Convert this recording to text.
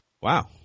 Wow